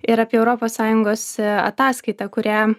ir apie europos sąjungos ataskaitą kurią